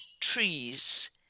trees